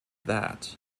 that